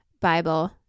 Bible